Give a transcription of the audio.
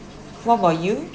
what about you